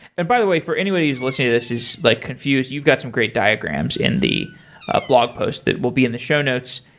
and by the way, for anybody who's listening to this is like confused, you've got some great diagrams in the ah blog post that will be in the show notes.